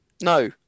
No